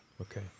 Okay